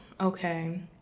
Okay